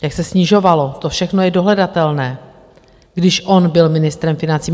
Jak se snižovalo, to všechno je dohledatelné, když on byl ministrem financí.